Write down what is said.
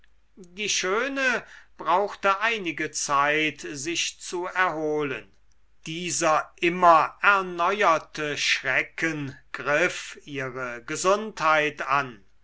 die schöne brauchte einige zeit sich zu erholen dieser immer erneuerte schrecken griff ihre gesundheit an